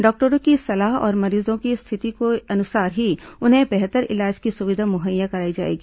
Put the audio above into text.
डॉक्टरों की सलाह और मरीजों की स्थिति के अनुसार ही उन्हें बेहतर इलाज की सुविधा मुहैया कराई जाएगी